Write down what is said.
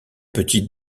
petit